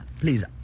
Please